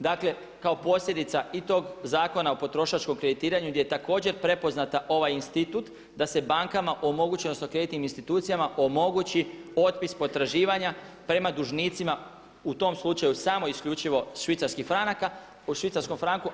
Dakle, kao posljedica i tog Zakona o potrošačkom kreditiranju gdje je također prepoznat ovaj institut da se bankama omogući, odnosno kreditnim institucijama omogući otpis potraživanja prema dužnicima u tom slučaju samo i isključivo švicarskih franaka, u švicarskom franku.